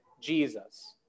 Jesus